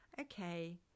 okay